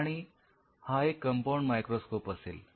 आणि हा एक कंपाउंड मायक्रोस्कोप असेल